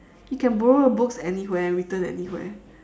you can borrow books anywhere return anywhere